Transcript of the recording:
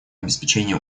обеспечения